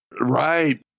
Right